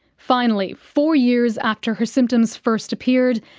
finally, four years after her symptoms first appeared,